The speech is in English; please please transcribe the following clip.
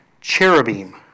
Cherubim